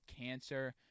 cancer